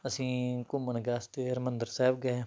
ਅਸੀਂ ਘੁੰਮਣ ਵਾਸਤੇ ਹਰਮੰਦਰ ਸਾਹਿਬ ਗਏ ਹਾਂ